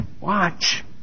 watch